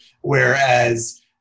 whereas